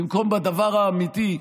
במקום בדבר האמיתי,